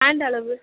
hand அளவு